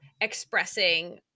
expressing